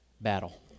battle